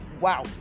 Wow